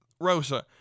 Rosa